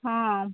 ହଁ